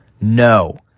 No